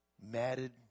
matted